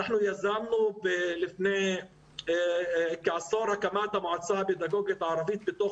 יזם לפני כעשור הקמת מועצה פדגוגית ערבית בתוך